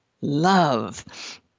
love